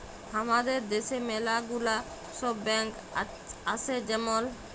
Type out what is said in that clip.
হামাদের দ্যাশে ম্যালা গুলা সব ব্যাঙ্ক আসে যেমল